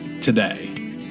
today